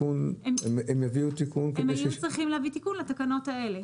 הם יביאו תיקון כדי --- הם יהיו צריכים להבין תיקון לתקנות האלה.